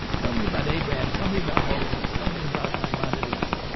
tell me about abraham. tell me about moses. tell me about maimonides.